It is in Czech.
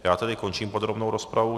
Já tedy končím podrobnou rozpravu.